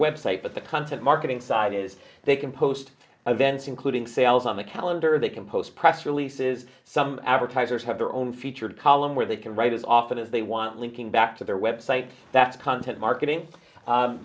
website but the content marketing side is they can post events including sales on the calendar they can post press releases some advertisers have their own featured column where they can write as often as they want linking back to their websites that content marketing